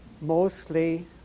mostly